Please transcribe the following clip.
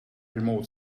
remote